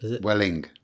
Welling